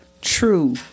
true